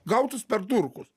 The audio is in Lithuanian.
gautus per turkus